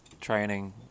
training